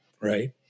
right